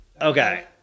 Okay